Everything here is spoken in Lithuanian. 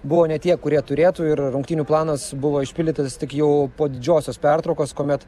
buvo ne tie kurie turėtų ir rungtynių planas buvo išpildytas tik jau po didžiosios pertraukos kuomet